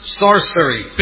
sorcery